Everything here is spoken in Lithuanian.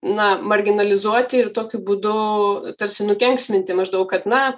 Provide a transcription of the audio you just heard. na marginalizuoti ir tokiu būdu tarsi nukenksminti maždaug kad na